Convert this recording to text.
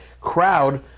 crowd